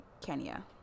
Kenya